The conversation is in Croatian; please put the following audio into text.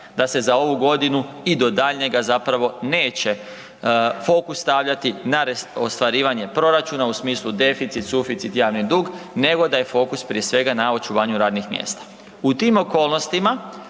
da se za ovu godinu i do daljnjega neće fokus stavljati na ostvarivanje proračuna u smislu deficit, suficit, javni dug nego da je fokus prije svega na očuvanju radnih mjesta. U tim okolnostima,